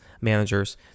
managers